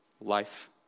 life